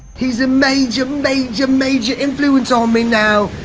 he's a major, major, major influence on me now,